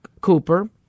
Cooper